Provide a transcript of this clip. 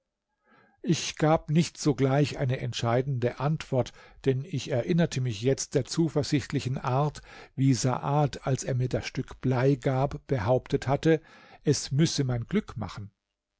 ich gab nicht sogleich eine entscheidende antwort denn ich erinnerte mich jetzt der zuversichtlichen art wie saad als er mir das stück blei gab behauptet hatte es müsse mein glück machen